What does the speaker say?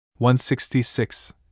166